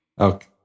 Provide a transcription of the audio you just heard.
Okay